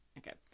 Okay